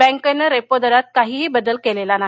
बँकेनं रेपो दरात काहीही बदल केलेला नाही